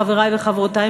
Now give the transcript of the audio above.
חברי וחברותי,